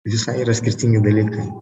visai yra skirtingi dalykai